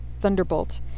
thunderbolt